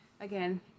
again